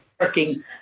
working